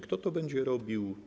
Kto to będzie robił?